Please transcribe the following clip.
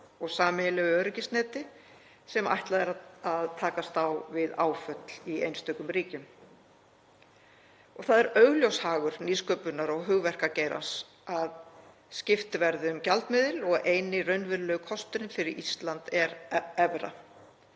og sameiginlegu öryggisneti sem ætlað er að takast á við áföll í einstökum ríkjum. Það er augljós hagur nýsköpunar- og hugverkageirans að skipt verði um gjaldmiðil og eini raunverulegi kosturinn fyrir Ísland er evra.